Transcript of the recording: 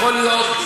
יכול להיות,